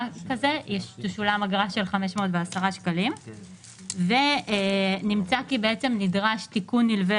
כזה תשולם אגרה של 510 שקלים ונמצא כי נדרש תיקון נלווה